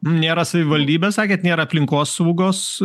nėra savivaldybės sakėt nėra aplinkosaugos